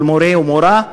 כל מורֶה או מורָה,